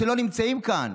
שלא נמצאים כאן,